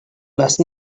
last